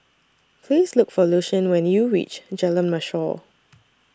Please Look For Lucien when YOU REACH Jalan Mashor